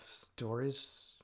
stories